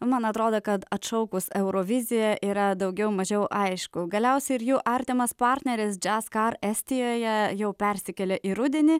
o man atrodo kad atšaukus euroviziją yra daugiau mažiau aišku galiausiai ir jų artimas partneris jazzkaar estijoje jau persikėlė į rudenį